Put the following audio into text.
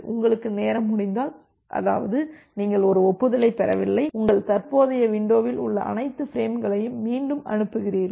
உங்களுக்கு நேரம் முடிந்தால் அதாவது நீங்கள் ஒரு ஒப்புதலைப் பெறவில்லை உங்கள் தற்போதைய விண்டோவில் உள்ள அனைத்து பிரேம்களையும் மீண்டும் அனுப்புகிறீர்கள்